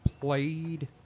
played